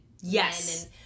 yes